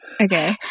Okay